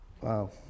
wow